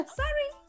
sorry